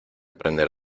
aprender